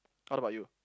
what about you